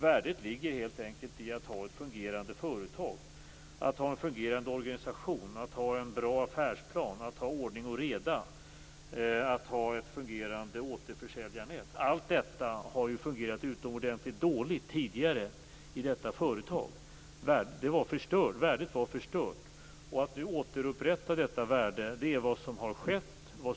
Värdet ligger helt enkelt i att ha ett fungerande företag, att ha en fungerande organisation, att ha en bra affärsplan, att ha ordning och reda och att ha ett fungerande återförsäljarnät. Allt detta har tidigare fungerat utomordentligt dåligt i detta företag, och värdet var förstört. Vad som nu pågår är försök att återupprätta detta värde.